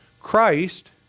Christ